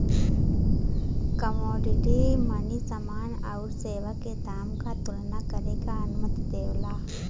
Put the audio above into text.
commodity money समान आउर सेवा के दाम क तुलना करे क अनुमति देवला